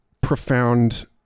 profound